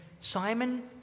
Simon